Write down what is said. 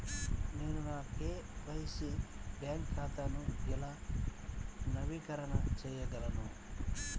నేను నా KYC bank ఖాతాను ఎలా నవీకరణ చేయగలను?